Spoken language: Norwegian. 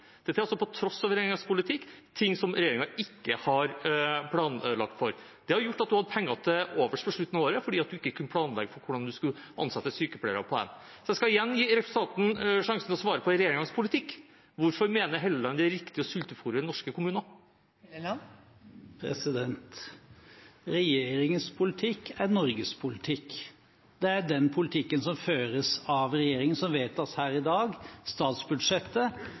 Dette er altså på tross av regjeringens politikk – ting som regjeringen ikke har planlagt. Det har gjort at man har hatt penger til overs på slutten av året fordi man ikke kunne planlegge for hvordan man skulle ansette sykepleiere. Jeg skal igjen gi representanten sjansen til å svare for regjeringens politikk. Hvorfor mener Helleland det er riktig å sultefôre norske kommuner? Regjeringens politikk er Norges politikk. Det er den politikken som føres av regjeringen, som vedtas her i dag – statsbudsjettet